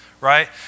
right